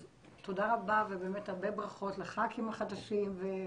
אז תודה רבה ובאמת הרבה ברכות לח"כים החדשים.